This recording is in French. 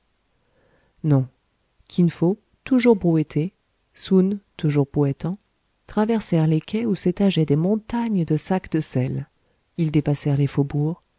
non kin fo toujours brouetté soun toujours brouettant traversèrent les quais où s'étageaient des montagnes de sacs de sel ils dépassèrent les faubourgs